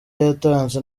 yatanze